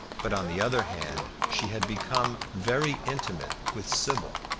but on the other hand she had become very intimate with sybil,